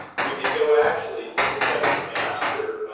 we could go actually to the special master,